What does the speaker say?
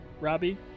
Robbie